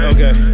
Okay